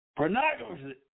Pornography